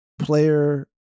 player